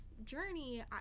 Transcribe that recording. journey